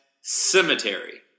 cemetery